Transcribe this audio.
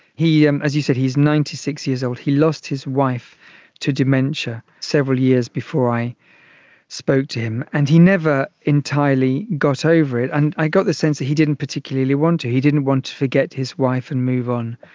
and as you said, he is ninety six years old. he lost his wife to dementia several years before i spoke to him, and he never entirely got over it, and i got the sense that he didn't particularly want to, he didn't want to forget his wife and move on.